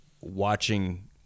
Watching